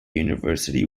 university